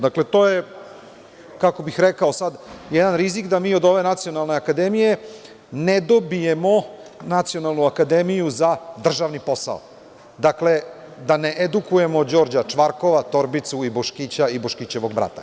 Dakle, to je, kako bih rekao sada, jedan rizik da mi od ove Nacionalne akademije ne dobijemo nacionalnu akademiju za državni posao, dakle, da ne edukujemo Đorđa Čvarkova, Torbicu i Boškića i Boškićevog brata.